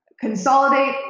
consolidate